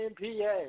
MPA